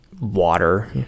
water